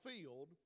field